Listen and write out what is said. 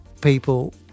people